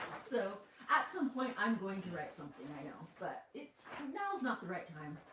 so at some point, i'm going to write something, i know. but now's not the right time.